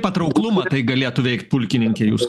patrauklumą tai galėtų veikt pulkininke jūs